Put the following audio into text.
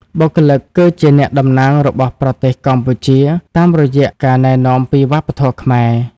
បុគ្គលិកគឺជាអ្នកតំណាងរបស់ប្រទេសកម្ពុជា តាមរយះការណែនាំពីវប្បធម៌ខ្មែរ។